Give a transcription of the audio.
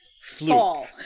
fall